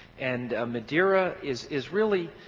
and madeira is is really,